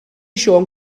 siôn